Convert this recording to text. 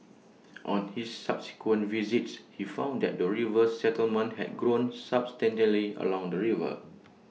on his subsequent visits he found that the river settlement had grown substantially along the river